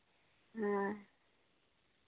ᱦᱮᱸ